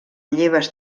lleves